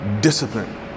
discipline